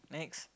next